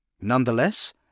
Nonetheless